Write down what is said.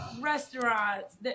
restaurants